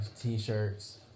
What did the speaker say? t-shirts